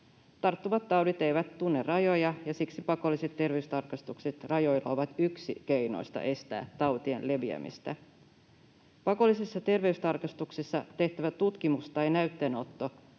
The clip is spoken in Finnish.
Tarttuvat taudit eivät tunne rajoja, ja siksi pakolliset terveystarkastukset rajoilla ovat yksi keino estää tautien leviämistä. Pakollisessa terveystarkastuksessa tehtävä tutkimus tai näytteenotto